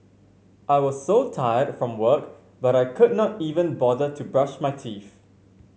I was so tired from work but I could not even bother to brush my teeth